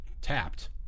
tapped